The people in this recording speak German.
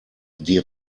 die